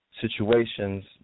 situations